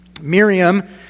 Miriam